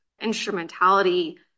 instrumentality